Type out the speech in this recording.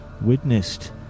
witnessed